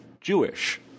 Jewish